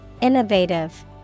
Innovative